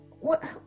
What-